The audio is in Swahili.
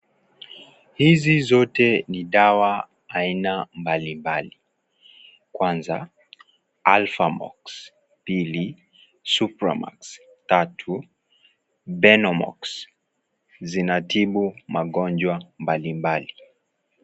Hizi zote ni dawa aina mbalimbali. Kwanza, Alphamox , pili Supramax , Tatu, Benomox . Zinatibu magonjwa mbalimbali.